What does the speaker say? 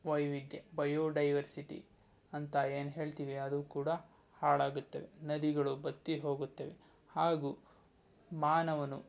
ವೈವಿಧ್ಯ ಬಯೋಡೈವರ್ಸಿಟಿ ಅಂತ ಏನು ಹೇಳ್ತೀವಿ ಅದು ಕೂಡ ಹಾಳಾಗುತ್ತವೆ ನದಿಗಳು ಬತ್ತಿ ಹೋಗುತ್ತವೆ ಹಾಗೂ ಮಾನವನು